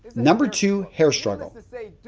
number two, hair struggle. yeah,